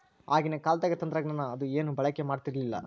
ಆಗಿನ ಕಾಲದಾಗ ತಂತ್ರಜ್ಞಾನ ಅದು ಏನು ಬಳಕೆ ಮಾಡತಿರ್ಲಿಲ್ಲಾ